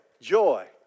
joy